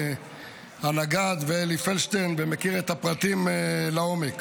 הנגד ואלי פלדשטיין ומכיר את הפרטים לעומק.